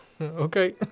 Okay